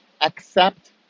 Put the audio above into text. Accept